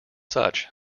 such